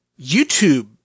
YouTube